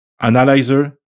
analyzer